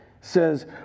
says